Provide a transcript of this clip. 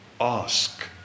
ask